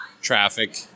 traffic